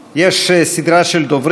יש סדרה של דוברים.